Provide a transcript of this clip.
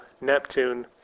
Neptune